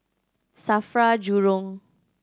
SAFRA Jurong